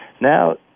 Now